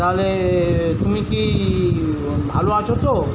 তাহলে তুমি কি ভালো আছো তো